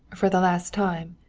for the last time,